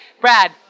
Brad